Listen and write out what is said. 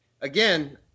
again